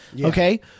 okay